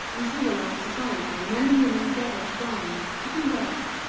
in civilized society men and women gathered to dine, to converse,